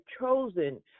chosen